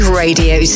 radio